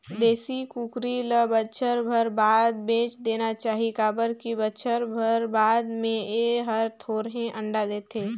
देसी कुकरी ल बच्छर भर बाद बेच देना चाही काबर की बच्छर भर बाद में ए हर थोरहें अंडा देथे